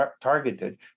targeted